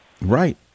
Right